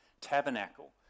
tabernacle